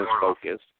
focus